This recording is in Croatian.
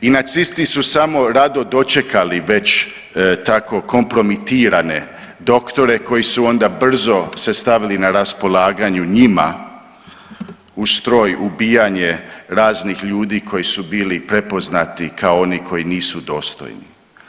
I nacisti su samo rado dočekali već tako kompromitirane doktore koji su onda brzo se stavili na raspolaganju njima u stroj ubijanje raznih ljudi koji su bili prepoznati kao oni koji nisu dostojni.